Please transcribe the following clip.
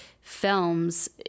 films